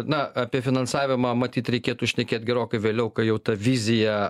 na apie finansavimą matyt reikėtų šnekėti gerokai vėliau kai jau ta vizija